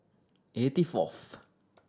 eighty fourth